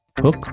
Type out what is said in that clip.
hook